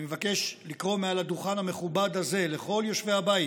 אני מבקש לקרוא מעל הדוכן המכובד הזה לכל יושבי הבית,